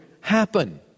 happen